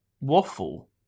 Waffle